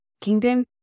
Kingdom